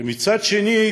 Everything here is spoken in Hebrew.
ומצד שני,